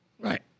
Right